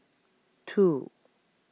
two